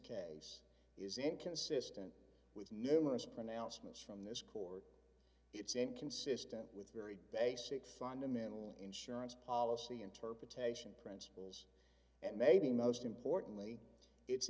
case is inconsistent with numerous pronouncements from this court it's inconsistent with a very basic fundamental insurance policy interpretation print and maybe most importantly it's